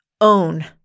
own